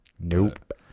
Nope